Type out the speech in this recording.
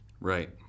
right